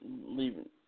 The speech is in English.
leaving